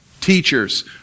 teachers